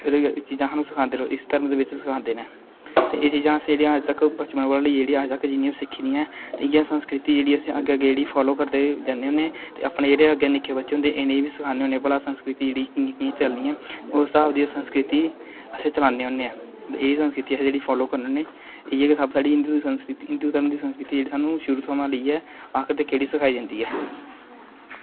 मतलब कि एह् चीजां सानूं सखांदे इस धरम दे बिच्च सखांदे न ते एह चीजां अस जेह्ड़ियां अज्ज तक बचपन कोला लेइयै जेह्ड़ियां अज्ज तक जिन्नियां बी सिक्खी दियां ऐं ते इ'यै संस्कृति जेह्ड़ी ऐ अस अग्गें अग्गें जेह्ड़ी फालो करदे जन्ने होन्ने ते अपने जेह्ड़े अग्गें निक्के बच्चे होंदे इ'नें गी बी सखान्ने होन्ने भला संस्कृति जेह्ड़ी कि'यां कि'यां चलनी ऐ उस स्हाब दी ओह् संस्कृति अस चलान्ने होन्ने आं ते एह् संस्कृति जेह्ड़ी अस फालो करने होन्ने इ'यै गै सब्भ साढ़ी हिंदू दी संस्कृति हिंदू धरम दी संस्कृति ऐ जेह्ड़ी सानूं शुरू थमां लेइयै आखिर तक जेह्ड़ी सखाई जंदी ऐ